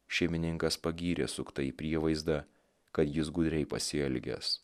šeimininkas pagyrė suktąjį prievaizdą kad jis gudriai pasielgęs